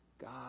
God